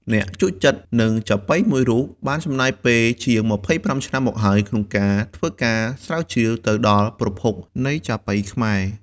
អ្នកជក់ចិត្តនឹងចាប៉ីមួយរូប បានចំណាយពេលជាង ២៥ ឆ្នាំមកហើយ ក្នុងការធ្វើការស្រាវជ្រាវទៅដល់ប្រភពនៃចាប៉ីខ្មែរ។